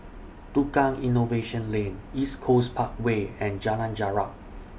Tukang Innovation Lane East Coast Parkway and Jalan Jarak